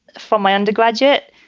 for my undergraduate,